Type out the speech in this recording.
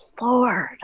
Lord